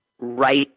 right